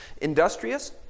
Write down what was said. industrious